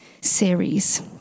series